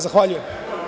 Zahvaljujem.